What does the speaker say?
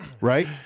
Right